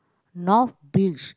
north beach